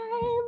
time